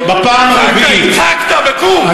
חבר הכנסת מוזס,